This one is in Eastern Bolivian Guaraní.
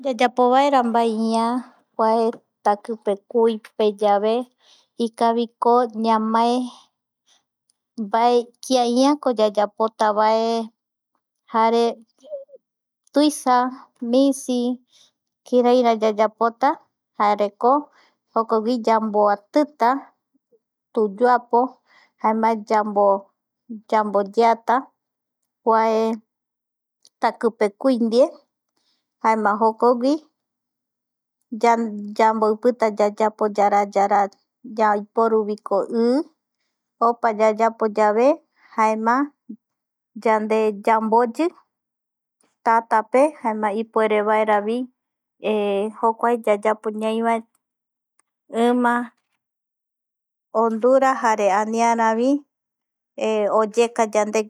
﻿Yayapo vaera mbae iä kuae takipe kuipe yave ikaviko ñamae mbae kia iako yayapotavae jare tuisa, misi, kiraira yayapota, jareko jokogui yamboatita tuyuapo jaema yambo yamboyeata kuae takipe kui ndie jaema jokogui ya yamboipita yayapo yara yara yaiporuviko i opa yayapo yave jaem yande yamboyi tatape jaema ipuerevaera vi jokuae yayapo ñaivae ima ondura jare aniaravi oyeka yandegui